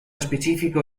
specifico